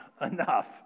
enough